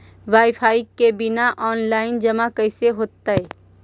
Wifi के bill online जमा कैसे होतै?